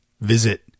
Visit